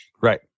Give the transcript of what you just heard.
Right